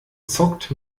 zockt